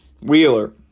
Wheeler